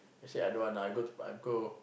I said I don't want lah I go I go